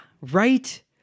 Right